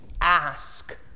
ask